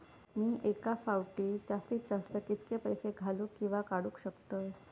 मी एका फाउटी जास्तीत जास्त कितके पैसे घालूक किवा काडूक शकतय?